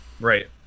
right